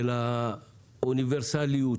של האוניברסליות,